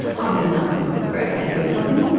i'm lynne malcolm, great to have your company.